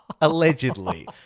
Allegedly